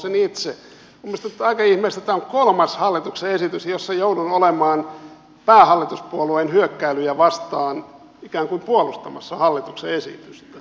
minusta nyt on aika ihmeellistä että tämä on kolmas hallituksen esitys jossa joudun olemaan päähallituspuolueen hyökkäilyjä vastaan ikään kuin puolustamassa hallituksen esitystä